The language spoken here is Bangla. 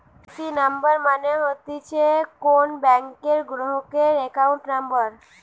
এ.সি নাম্বার মানে হতিছে কোন ব্যাংকের গ্রাহকের একাউন্ট নম্বর